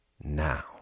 now